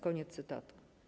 Koniec cytatu.